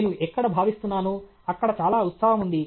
నేను ఎక్కడ భావిస్తున్నాను అక్కడ చాలా ఉత్సాహం ఉంది